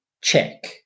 check